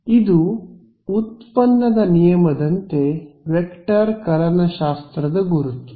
ಇದು ಉತ್ಪನ್ನದ ನಿಯಮದಂತೆ ವೆಕ್ಟರ್ ಕಲನಶಾಸ್ತ್ರದ ಗುರುತು